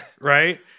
Right